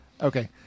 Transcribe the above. Okay